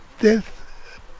death